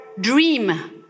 dream